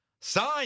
sign